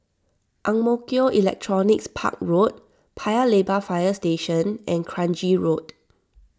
Ang Mo Kio Electronics Park Road Paya Lebar Fire Station and Kranji Road